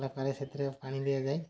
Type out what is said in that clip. ପରେ ସେଥିରେ ପାଣି ଦିଆଯାଏ